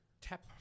tap